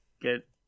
get